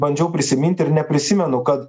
bandžiau prisiminti ir neprisimenu kad